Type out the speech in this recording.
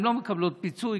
לא מקבלים פיצוי,